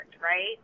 right